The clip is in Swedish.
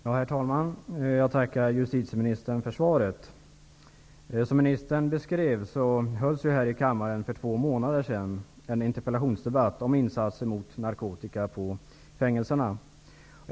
Herr talman! Jag tackar justitieministern för svaret. Som ministern sade hölls här i kammaren för två månader sedan en interpellationsdebatt om insatser mot narkotika på fängelserna.